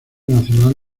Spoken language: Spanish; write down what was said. nacional